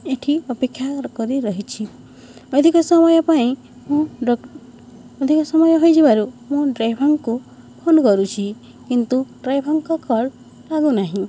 ଏଠି ଅପେକ୍ଷା କରି ରହିଛି ଅଧିକ ସମୟ ପାଇଁ ମୁଁ ଅଧିକ ସମୟ ହୋଇଯିବାରୁ ମୁଁ ଡ୍ରାଇଭରଙ୍କୁ ଫୋନ୍ କରୁଛି କିନ୍ତୁ ଡ୍ରାଇଭରଙ୍କ କଲ୍ ଲାଗୁ ନାହିଁ